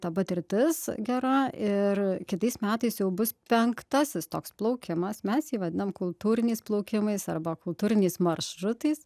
ta patirtis gera ir kitais metais jau bus penktasis toks plaukimas mes jį vadinam kultūriniais plaukimais arba kultūriniais maršrutais